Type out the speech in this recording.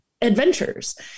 adventures